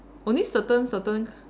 only certain certain